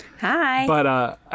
Hi